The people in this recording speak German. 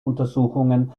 untersuchungen